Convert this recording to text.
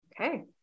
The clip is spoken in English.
Okay